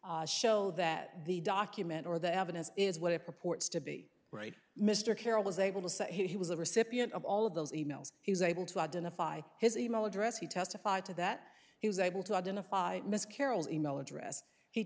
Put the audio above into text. show that the document or the evidence is what it purports to be right mr carroll was able to say he was the recipient of all of those e mails he was able to identify his e mail address he testified to that he was able to identify miss carroll's e mail address he